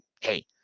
Hey